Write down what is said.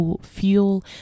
fuel